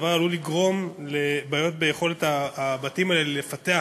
הדבר עלול לגרום לבעיות ביכולת הבתים האלה לפתח,